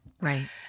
Right